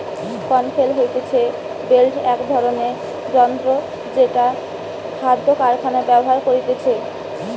conveyor হতিছে belt এক ধরণের যন্ত্র জেটো খাদ্য কারখানায় ব্যবহার করতিছে